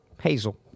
Hazel